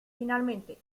finalmente